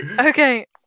Okay